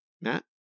matt